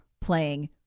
playing